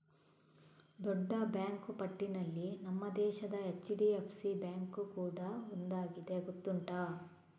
ದೊಡ್ಡ ಬ್ಯಾಂಕು ಪಟ್ಟಿನಲ್ಲಿ ನಮ್ಮ ದೇಶದ ಎಚ್.ಡಿ.ಎಫ್.ಸಿ ಬ್ಯಾಂಕು ಕೂಡಾ ಒಂದಾಗಿದೆ ಗೊತ್ತುಂಟಾ